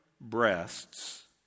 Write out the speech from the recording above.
breasts